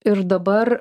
ir dabar